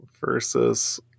Versus